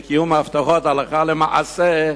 לקיום ההבטחות הלכה למעשה,